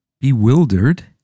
Bewildered